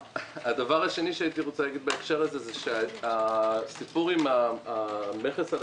הדבר השני שהייתי רוצה להגיד בהקשר הזה הוא שהסיפור עם המכס על